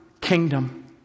kingdom